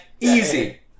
easy